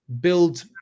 build